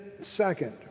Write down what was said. second